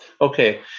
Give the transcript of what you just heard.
Okay